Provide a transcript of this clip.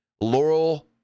Laurel